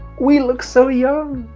we look so young!